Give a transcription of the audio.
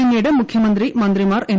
പിന്നീട് മുഖ്യമന്ത്രി മന്ത്രിമാർ എം